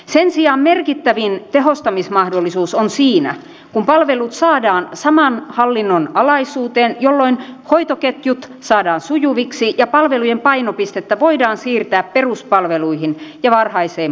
sen sijaan merkittävin tehostamismahdollisuus on siinä kun palvelut saadaan saman hallinnon alaisuuteen jolloin hoitoketjut saadaan sujuviksi ja palvelujen painopistettä voidaan siirtää peruspalveluihin ja varhaiseen puuttumiseen